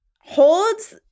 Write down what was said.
holds